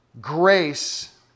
grace